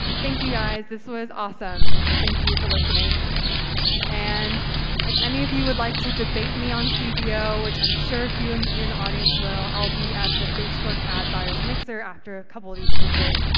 thank you guys, this was awesome. thank you for listening and if any of you would like to debate me on cbo, which i'm sure if you and you in the audience will, i'll be at the facebook ad buyers mixer after a couple of these speeches.